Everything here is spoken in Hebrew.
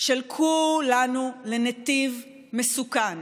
של כולנו לנתיב מסוכן.